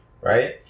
right